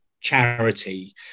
charity